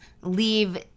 leave